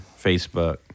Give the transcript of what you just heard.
Facebook